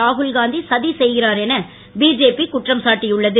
ராகுல்காந்தி சதி செய்கிறார் என பிஜேபி குற்றம் சாட்டியுள்ளது